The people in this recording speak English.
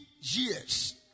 years